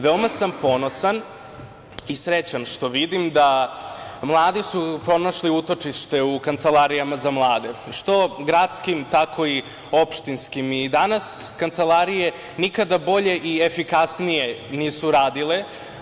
Veoma sam ponosan i srećan što vidim da su mladi pronašli utočište u kancelarijama za mlade, što gradskim, tako i opštinskim i danas kancelarije nikada bolje i efikasnije nisu radile.